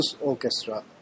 orchestra